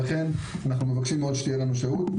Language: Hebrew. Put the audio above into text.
ולכן אנחנו מבקשים מאוד שתהיה לנו שהות.